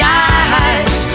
eyes